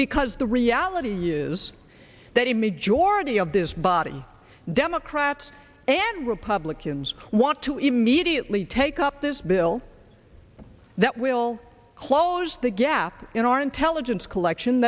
because the reality is that a majority of this body democrats and republicans want to immediately take up this bill that will close the gap in our intelligence collection